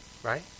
Right